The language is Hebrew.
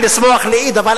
לשמוח לאיד.